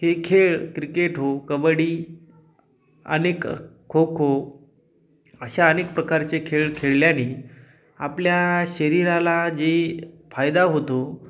हे खेळ क्रिकेट हो कबड्डी अनेक खो खो अशा अनेक प्रकारचे खेळ खेळल्याने आपल्या शरीराला जी फायदा होतो